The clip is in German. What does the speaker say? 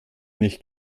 nicht